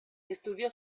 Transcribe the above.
estudió